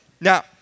Now